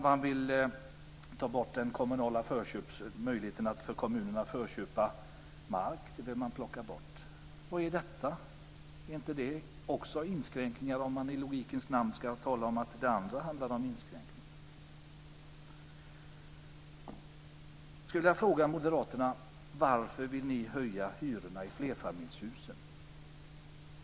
Man vill ta bort möjligheten för kommunerna att förköpa mark. Det vill man plocka bort. Vad är detta? Är inte det också i logikens namn inskränkningar om man säger att det andra är inskränkningar? Jag skulle vilja fråga moderaterna varför de vill höja hyrorna i flerfamiljshusen.